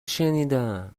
شنیدم